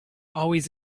always